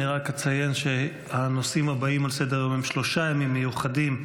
אני רק אציין שהנושאים הבאים על סדר-יום הם שלושה ימים מיוחדים: